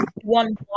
One